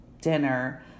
dinner